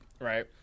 right